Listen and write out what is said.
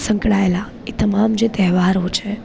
સંકળાએલા એ તમામ જે તહેવારો છે